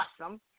awesome